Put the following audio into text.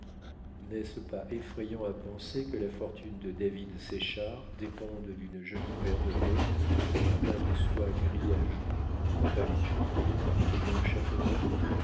n'est-ce pas effrayant à penser que la fortune de david séchard dépende d'une jolie paire de bottes de bas de soie gris à jour ne va pas les oublier et d'un chapeau neuf